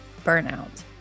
burnout